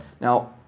Now